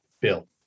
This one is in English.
bill